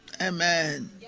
Amen